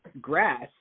grass